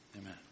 Amen